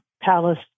palace